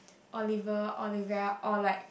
Oliver Olivia or like